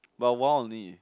but a while only